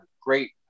great